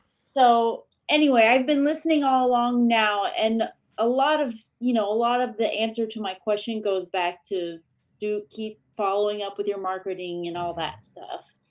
so anyway, i've been listening all along now and a lot of you know lot of the answer to my question goes back to do keep following up with your marketing and all that stuff,